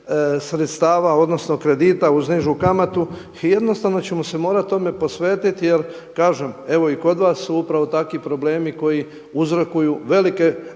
sredstava odnosno kredita uz nižu kamatu. Jednostavno ćemo se morati tome posvetiti jer kažem, evo i kod vas su upravo takvi problemi koji uzrokuju velike